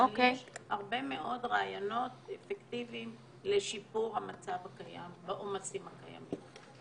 אבל יש הרבה מאוד רעיונות אפקטיביים לשיפור המצב הקיים בעומסים הקיימים.